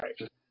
Right